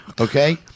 okay